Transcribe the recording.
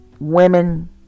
women